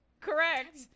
correct